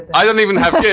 i didn't even have.